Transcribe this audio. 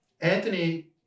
Anthony